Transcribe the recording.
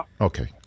Okay